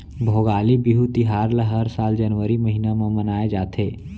भोगाली बिहू तिहार ल हर साल जनवरी महिना म मनाए जाथे